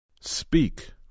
speak